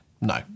No